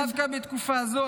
ודווקא בתקופה זו,